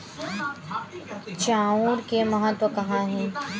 चांउर के महत्व कहां हे?